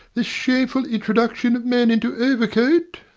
this shameful introduction of men into overcote